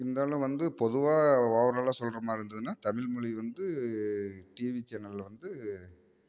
இருந்தாலும் வந்து பொதுவாக ஓவராலா சொல்கிற மாதிரி இருந்துதுன்னா தமிழ் மொழி வந்து டிவி சேனலில் வந்து